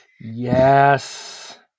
Yes